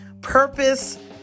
Purpose